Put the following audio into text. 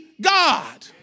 God